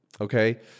Okay